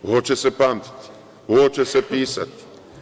Ovo će se pamtiti, ovo će se pisati.